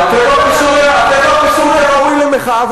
הטבח בסוריה ראוי למחאה,